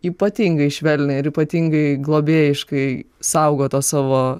ypatingai švelniai ir ypatingai globėjiškai saugo tuos savo